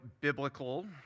biblical